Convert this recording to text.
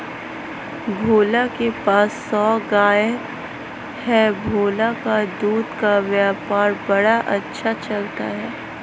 भोला के पास सौ गाय है भोला का दूध का व्यापार बड़ा अच्छा चलता है